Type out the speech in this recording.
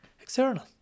external